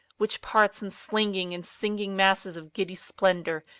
which parts in slinging and singing masses of giddy splendour,